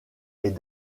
est